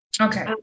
okay